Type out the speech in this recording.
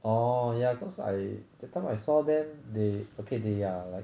oh ya cause I that time I saw them they okay they are like